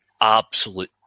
absolute